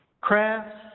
Crafts